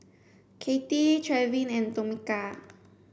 Katie Trevin and Tomeka